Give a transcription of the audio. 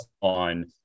on